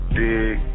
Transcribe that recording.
dig